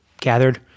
gathered